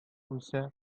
үлсә